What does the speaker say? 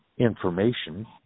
information